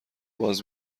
باز